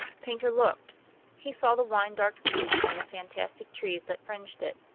paynter looked he saw the wine-dark sea and the fantastic trees that fringed it,